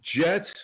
Jets